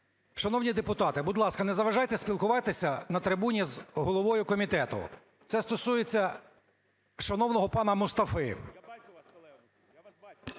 Шановні депутати, будь ласка, не заважайте спілкуватися на трибуні з головою комітету. Це стосується шановного пана Мустафи.